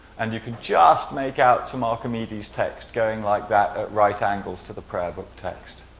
and you can just make out some archimedes text going like that at right angles to the prayer book text.